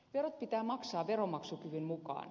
verot pitää maksaa veronmaksukyvyn mukaan